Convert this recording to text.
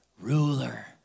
ruler